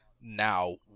now